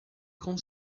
com